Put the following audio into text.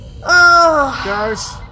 Guys